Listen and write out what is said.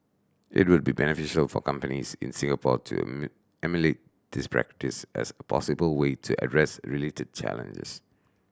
it would be beneficial for companies in Singapore to emulate this practice as a possible way to address related challenges